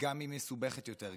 גם אם היא מסובכת יותר,